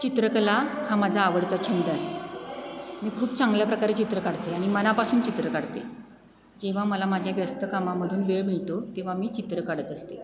चित्रकला हा माझा आवडता छंद आहे मी खूप चांगल्या प्रकारे चित्र काढते आणि मनापासून चित्र काढते जेव्हा मला माझ्या व्यस्त कामामधून वेळ मिळतो तेव्हा मी चित्र काढत असते